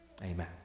Amen